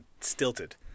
stilted